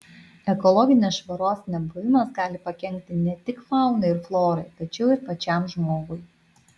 ekologinės švaros nebuvimas gali pakenkti ne tik faunai ir florai tačiau ir pačiam žmogui